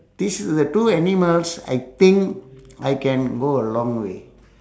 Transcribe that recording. these is the two animals I think I can go a long way